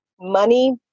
money